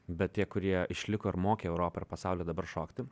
bet tie kurie išliko ir mokė europą ir pasaulį dabar šokti